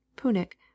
punic